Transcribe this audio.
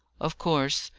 of course!